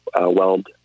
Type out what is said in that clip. weld